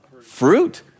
Fruit